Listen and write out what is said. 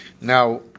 now